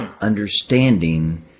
understanding